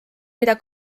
mida